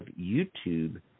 YouTube